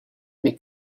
mais